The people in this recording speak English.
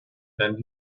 and